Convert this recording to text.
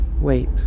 Wait